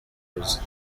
ruzi